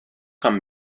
kam